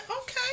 okay